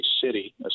city